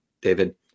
David